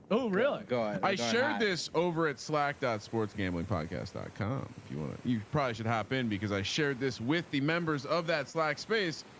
oh really. god i share this over it slacked off sports gambling podcast dot com. if you want to you've priced it happened because i shared this with the members of that slack space.